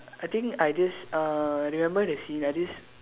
I think I just uh I remember the scene uh this